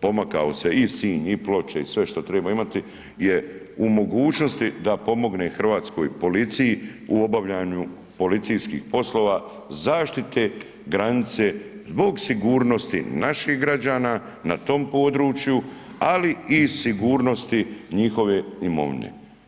pomakao se i Sinj i Ploče i sve što treba imati je u mogućnost da pomogne Hrvatskoj policiji u obavljaju policijskih poslova zaštite granice zbog sigurnosti naših građana na tom području, ali i sigurnosti njihove imovine.